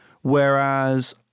whereas